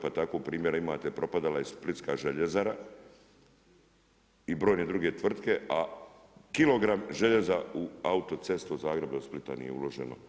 Pa tako primjera imate propadala je splitska Željezara i brojne druge tvrtke, a kilogram željeza u autocestu Zagreb do Splita nije uloženo.